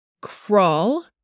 crawl